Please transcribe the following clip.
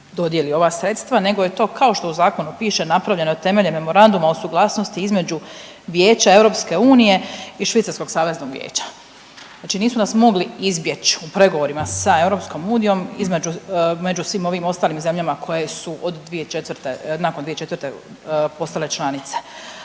dodijeli ova sredstva nego je to kao što u zakonu piše napravljeno temeljem Memoranduma o suglasnosti između Vijeća EU i Švicarskog saveznog vijeća. Znači nisu nas mogli izbjeći u pregovorima sa EU između, među svim ovim ostalim zemljama koje su od 2004., nakon 2004. postale članice.